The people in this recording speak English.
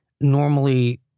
normally